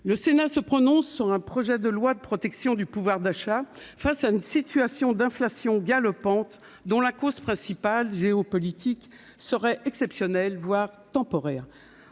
le Sénat se prononce sur un projet de loi de protection du pouvoir d'achat face à une situation d'inflation galopante, dont la cause principale, géopolitique, serait exceptionnelle, voire temporaire.